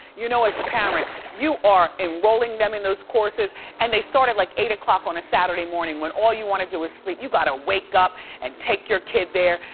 you know as the parent, you are enrolling them in those courses and they start at like eight zero on a saturday morning when all you wanna do is sleep. you've gotta wake up and take your kid there.